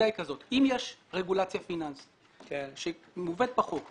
שאם יש רגולציה פיננסית שהיא מובאת בחוק,